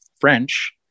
French